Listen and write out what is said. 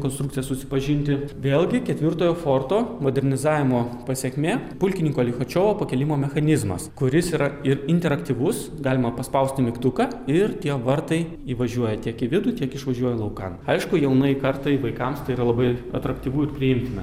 konstrukcija susipažinti vėlgi ketvirtojo forto modernizavimo pasekmė pulkininko lichačiovo pakėlimo mechanizmas kuris yra ir interaktyvus galima paspausti mygtuką ir tie vartai įvažiuoja tiek į vidų tiek išvažiuoja laukan aišku jaunai kartai vaikams tai labai atraktyvu ir priimtina